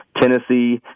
Tennessee